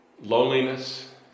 loneliness